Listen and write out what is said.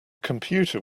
computer